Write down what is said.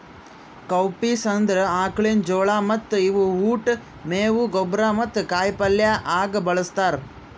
cowpeas ಅಂದುರ್ ಆಕುಳಿನ ಜೋಳ ಮತ್ತ ಇವು ಉಟ್, ಮೇವು, ಗೊಬ್ಬರ ಮತ್ತ ಕಾಯಿ ಪಲ್ಯ ಆಗ ಬಳ್ಸತಾರ್